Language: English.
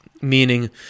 Meaning